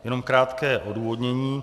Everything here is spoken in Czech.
Jenom krátké odůvodnění.